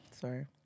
Sorry